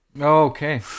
Okay